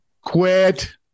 Quit